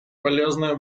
полезные